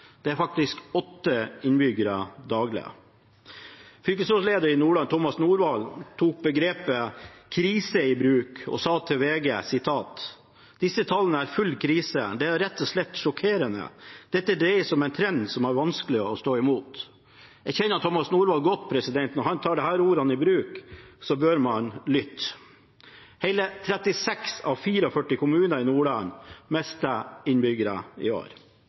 Det er faktisk åtte innbyggere daglig. Fylkesrådsleder i Nordland, Tomas Norvoll, tok begrepet «krise» i bruk og sa til VG: «Disse tallene er full krise. Dette er rett og slett sjokkerende. Dette dreier seg om en trend som er vanskelig å stå i mot.» Jeg kjenner Tomas Norvoll godt. Når han tar disse ordene i bruk, bør man lytte. Hele 36 av 44 kommuner i Nordland mister innbyggere i år,